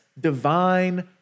divine